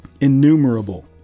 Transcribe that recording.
Innumerable